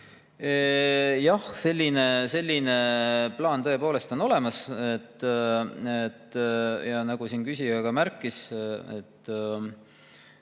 Jah, selline plaan tõepoolest on olemas. Nagu siin küsija ka märkis,